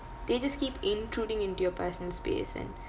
they just keep intruding into your personal space and